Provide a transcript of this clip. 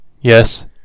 Yes